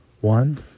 one